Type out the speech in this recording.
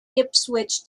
ipswich